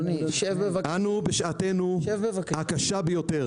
אנו בשעתנו הקשה ביותר